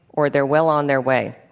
or they're well on their way.